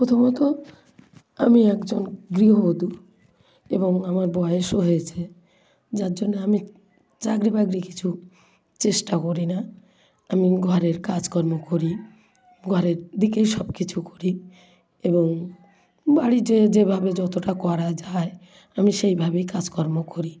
প্রথমত আমি একজন গৃহবধূ এবং আমার বয়েসও হয়েছে যার জন্য আমি চাকরি বাকরি কিছু চেষ্টা করি না আমি ঘরের কাজকর্ম করি ঘরের দিকে সব কিছু করি এবং বাড়ি যেই যেভাবে যতোটা করা যায় আমি সেইভাবেই কাজকর্ম করি